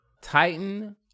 Titan